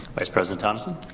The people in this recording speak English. vice president tonneson.